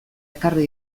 ekarri